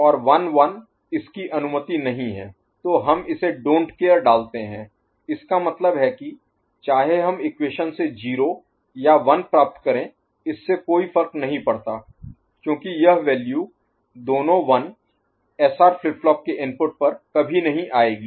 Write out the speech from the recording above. और 1 1 इसकी अनुमति नहीं है तो हम इसे डोंट केयर Don't Care डालते हैं इसका मतलब है कि चाहे हम इक्वेशन से 0 या 1 प्राप्त करें इससे कोई फर्क नहीं पड़ता क्योंकि यह वैल्यू दोनों 1 एसआर फ्लिप फ्लॉप के इनपुट पर कभी नहीं आएगी